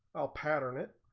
a pattern in